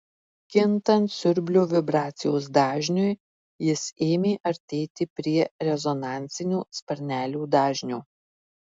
kintant siurblio vibracijos dažniui jis ėmė artėti prie rezonansinio sparnelių dažnio